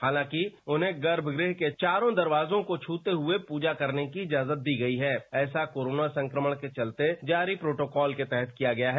हालांकि उन्हें गर्भ ग्रह के चारों दरवाजों को छूते हुए पूजा करने की इजाजत दी गई है ऐसा कोरोना संक्रमण के चलते जारी प्रोटोकॉल के तहत किया गया है